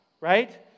right